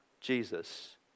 Jesus